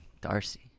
Darcy